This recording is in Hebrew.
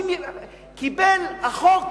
החוק